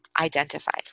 identified